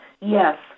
Yes